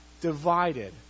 divided